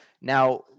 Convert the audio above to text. now